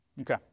Okay